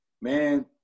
man